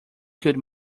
could